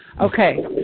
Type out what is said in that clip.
Okay